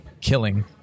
killing